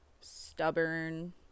stubborn